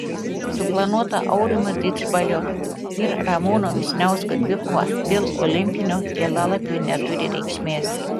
suplanuota aurimo didžbalio ir ramūno vyšniausko dvikova dėl olimpinio kelialapio neturi reikšmės